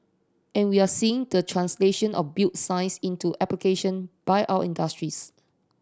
and we are seeing the translation of built science into application by our industries